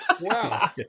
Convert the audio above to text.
wow